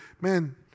man